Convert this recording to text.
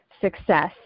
success